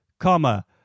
comma